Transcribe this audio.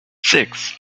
six